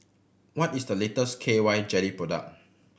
what is the latest K Y Jelly product